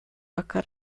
occur